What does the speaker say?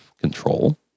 control